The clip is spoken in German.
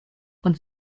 und